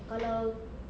kalau